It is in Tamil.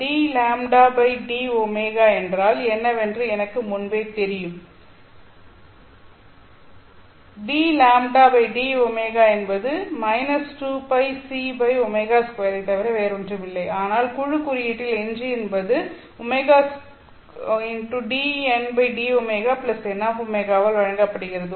dλ dω என்றால் என்னவென்று எனக்கு முன்பே தெரியும் dλdω என்பது 2πcω2 ஐத் தவிர வேறில்லை ஆனால் குழு குறியீட்டில் Ng என்பது ωdndωnω ஆல் வழங்கப்படுகிறது